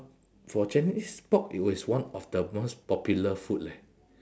for chinese pork it is one of the most popular food leh